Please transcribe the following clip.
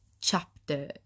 chapter